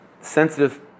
sensitive